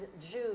Jews